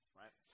right